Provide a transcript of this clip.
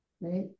Right